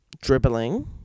Dribbling